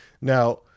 Now